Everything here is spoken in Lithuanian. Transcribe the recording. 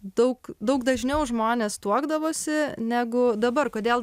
daug daug dažniau žmonės tuokdavosi negu dabar kodėl